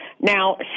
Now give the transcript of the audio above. Now